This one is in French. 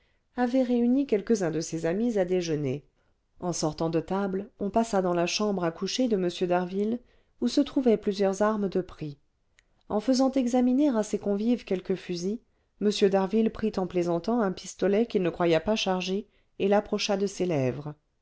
avait réuni quelques-uns de ses amis à déjeuner en sortant de table on passa dans la chambre à coucher de m d'harville où se trouvaient plusieurs armes de prix en faisant examiner à ses convives quelques fusils m d'harville prit en plaisantant un pistolet qu'il ne croyait pas chargé et l'approcha de ses lèvres